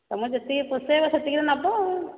ତମ ଯେତିକିରେ ପୋଷେଇବ ସେତିକିରେ ନେବ ଆଉ